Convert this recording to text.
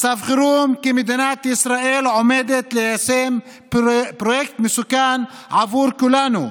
מצב חירום כי מדינת ישראל עומדת ליישם פרויקט מסוכן עבור כולנו,